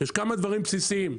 יש כמה דברים בסיסיים,